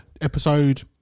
Episode